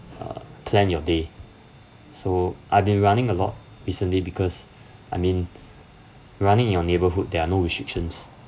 uh plan your day so I've been running a lot recently because I mean running your neighborhood there are no restrictions